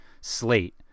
slate